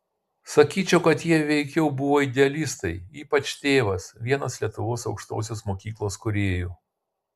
sakyčiau kad jie veikiau buvo idealistai ypač tėvas vienas lietuvos aukštosios mokyklos kūrėjų